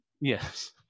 yes